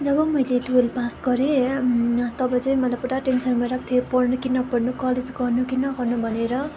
जब मैले twelve pass गरेँ तब चाहिँ मलाई पुरा टेन्सन भइरहेको थियो पढ्नु कि नपढ्नु कलेज गर्नु कि नगर्नु भनेर